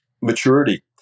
maturity